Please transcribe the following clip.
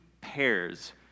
pairs